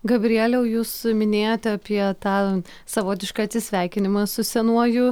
gabrieliau jūs minėjote apie tą savotišką atsisveikinimą su senuoju